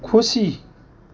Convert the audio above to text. खुसी